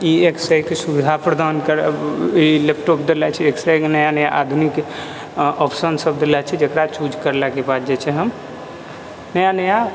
ई एकसँ एक सुविधा प्रदान ई लैपटॉप देले छै एक सँ एक नया नया आधुनिक ऑप्शन सब देले छै जकरा चूज करलाके बाद जे छै हम नया नया